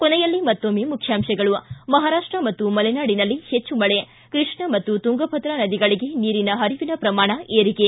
ಕೊನೆಯಲ್ಲಿ ಮತ್ತೊಮ್ಮೆ ಮುಖ್ಯಾಂಶಗಳು ಿ ಮಹಾರಾಷ್ಟ ಮತ್ತು ಮಲೆನಾಡಿನಲ್ಲಿ ಹೆಚ್ಚು ಮಳೆ ಕೃಷ್ಣಾ ಮತ್ತು ತುಂಗಭದ್ರಾ ನದಿಗಳಿಗೆ ನೀರಿನ ಹರಿವಿನ ಪ್ರಮಾಣ ಏರಿಕೆ